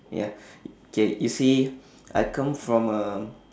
ya okay you see I come from um